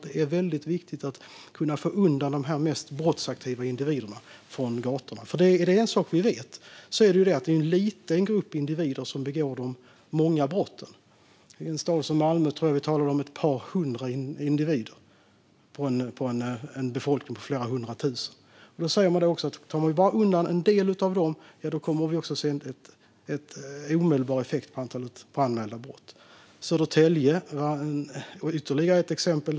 Det är väldigt viktigt att kunna få bort de mest brottsaktiva individerna från gatorna, för är det en sak vi vet så är det att det är en liten grupp individer som begår de många brotten. I Malmö tror jag att man talar om ett par hundra individer, i en befolkning på flera hundra tusen. Man säger att vi kommer att se en omedelbar effekt vad gäller antalet anmälda brott bara vi tar bort en del av dessa individer. Södertälje är ytterligare ett exempel.